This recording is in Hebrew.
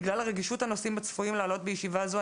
בגלל רגישות הנושאים הצפויים לעלות בישיבה זו,